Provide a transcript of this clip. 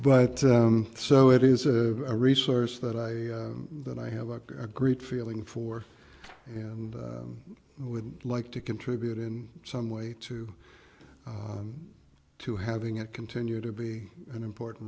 but so it is a resource that i that i have a great feeling for and would like to contribute in some way too to having it continue to be an important